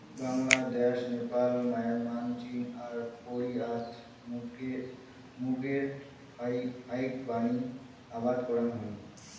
Bangladesh, Nepal, Myanmar, চীন আর কোরিয়াত মুগের ফাইকবানী আবাদ করাং হই